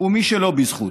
ומי שלא בזכות,